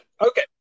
okay